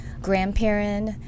grandparent